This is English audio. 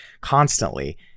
constantly